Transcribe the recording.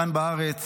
כאן בארץ